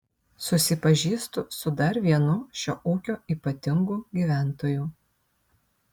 susipažįstu su dar vienu šio ūkio ypatingu gyventoju